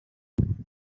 tant